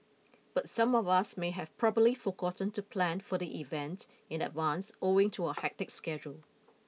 but some of us may have probably forgotten to plan for the event in advance owing to our hectic schedule